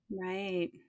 Right